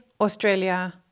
Australia